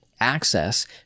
access